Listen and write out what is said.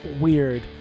Weird